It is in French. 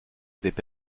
avaient